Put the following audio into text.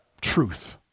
Truth